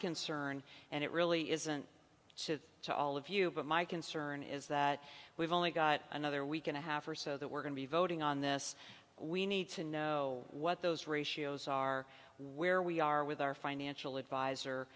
concern and it really isn't so to all of you but my concern is that we've only got another week and a half or so that we're going to be voting on this we need to know what those ratios are where we are with our financial advisor